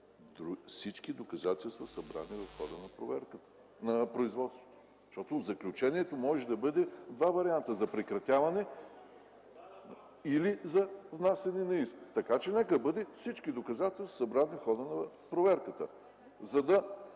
„всички доказателства, събрани в хода на производството”. Защото заключението може да бъде в два варианта – за прекратяване, или за внасяне на иск. (Реплики.) Така че нека бъде „всички доказателства, събрани в хода на проверката”, за да